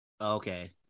Okay